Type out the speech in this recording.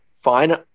fine